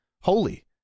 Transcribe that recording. holy